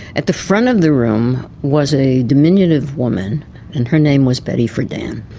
at the front of the room was a diminutive woman and her name was betty friedan.